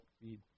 feed